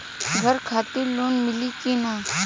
घर खातिर लोन मिली कि ना?